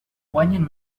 guanyen